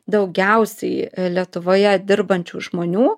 daugiausiai lietuvoje dirbančių žmonių